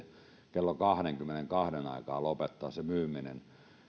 kello kahdenkymmenenkahden aikaan lopettaa se myyminen